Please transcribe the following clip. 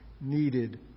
needed